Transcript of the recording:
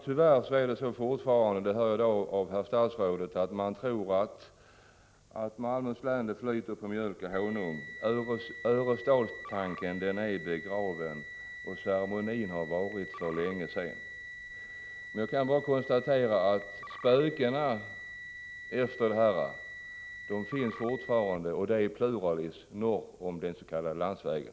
Tyvärr är det fortfarande så, det hör jag av statsrådets svar i dag, att man tror att Malmöhus län flyter av mjölk och honung. Örestadstanken är begraven, och ceremonin är för länge sedan slut. Nu kan jag bara konstatera att spökena efter detta fortfarande finns — och det i pluralis — norr om den s.k. landsvägen.